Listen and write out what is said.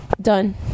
done